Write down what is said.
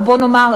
או בוא נאמר,